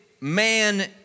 man